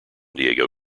diego